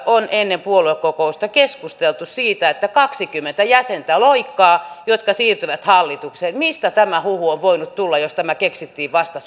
on ennen puoluekokousta keskusteltu siitä että kaksikymmentä jäsentä loikkaa ja he siirtyvät hallitukseen mistä tämä huhu on voinut tulla jos tämä keksittiin vasta